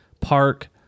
park